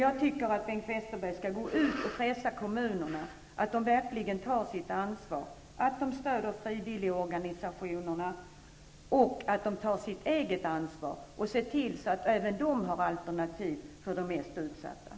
Jag tycker att Bengt Westerberg skall gå ut och pressa kommunerna så att de verkligen tar sitt ansvar, att de stöder frivilligorganisationerna och att de tar sitt eget ansvar och ser till att även de har alternativ för de mest utsatta.